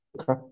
Okay